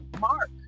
Mark